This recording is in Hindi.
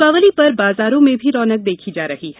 दीपावली पर बाजारों में भी रौनक देखी जा रही है